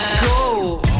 Go